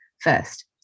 first